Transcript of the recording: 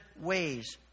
ways